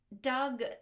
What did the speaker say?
Doug